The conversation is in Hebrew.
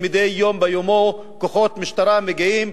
שמדי יום ביומו כוחות משטרה מגיעים,